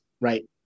right